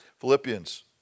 Philippians